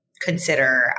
consider